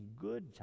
good